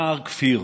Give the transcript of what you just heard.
נער-כפיר.